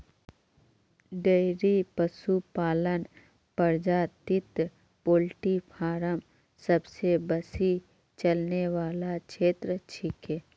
dairy पशुपालन प्रजातित poultry farm सबसे बेसी चलने वाला क्षेत्र छिके